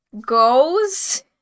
goes